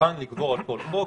כוחן יגבר על כל חוק.